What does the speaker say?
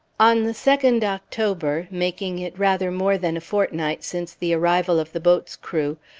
on the second october, making it rather more than a fortnight since the arrival of the boat's crew,